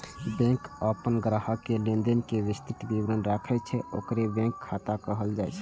bank अपन ग्राहक के लेनदेन के विस्तृत विवरण राखै छै, ओकरे बैंक खाता कहल जाइ छै